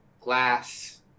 glass